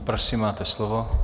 Prosím, máte slovo.